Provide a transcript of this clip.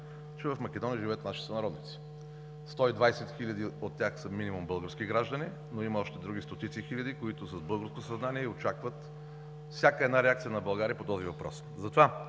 че в Македония живеят наши сънародници – 120 хиляди от тях са минимум български граждани, но има още други стотици хиляди, които са с българско съзнание и очакват всяка една реакция на България по този въпрос.